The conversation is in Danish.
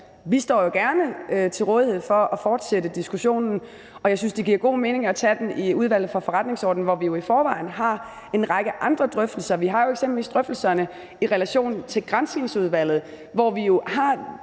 at vi jo gerne står til rådighed for at fortsætte diskussionen, og jeg synes, det giver god mening at tage den i Udvalget for Forretningsordenen, hvor vi jo i forvejen har en række andre drøftelser. Vi har eksempelvis drøftelserne i relation til Granskningsudvalget, hvor vi jo har